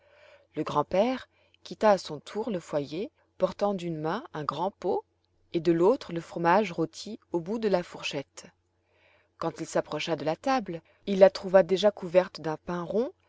le grand-père quitta à son tour le foyer portant d'une main un grand pot et de l'autre le fromage rôti au bout de la fourchette quand il s'approcha de la table il la trouva déjà couverte d'un pain rond